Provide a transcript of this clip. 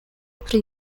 pri